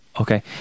Okay